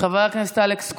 חבר הכנסת אלכס קושניר,